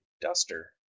duster